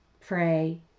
pray